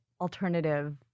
alternative